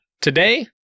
today